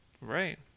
Right